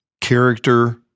character